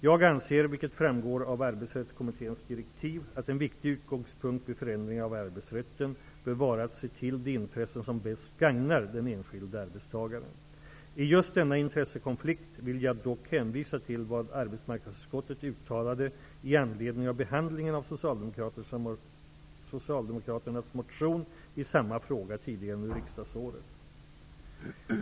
Jag anser, vilket framgår av Arbetsrättskommitténs direktiv, att en viktig utgångspunkt vid förändringar av arbetsrätten bör vara att se till de intressen som bäst gagnar den enskilde arbetstagaren. I just denna intressekonflikt vill jag dock hänvisa till vad arbetsmarknadsutskottet uttalade i anledning av behandlingen av Socialdemokraternas motion i samma fråga tidigare under riksdagsåret .